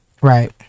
right